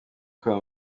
kwa